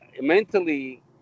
Mentally